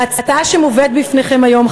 ההצעה שמובאת בפניכם היום,